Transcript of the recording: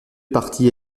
partis